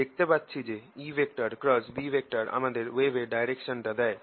দেখতে পাচ্ছি যে EB আমাদের ওয়েভের ডাইরেকশন দেয়